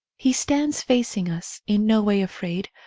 he stands facing us, in no way afraid,